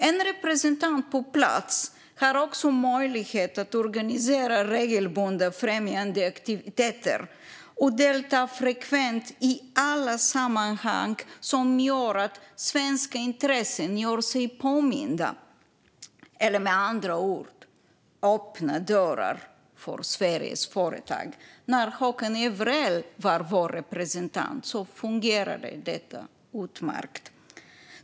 En representant på plats har möjlighet att organisera regelbundna främjande aktiviteter och frekvent delta i alla sammanhang som gör att svenska intressen gör sig påminda eller med andra ord att dörrar öppnas för svenska företag. När Håkan Jevrell var vår representant fungerade detta utmärkt.